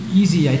easy